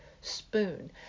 spoon